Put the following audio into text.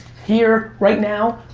here, right now,